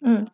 mm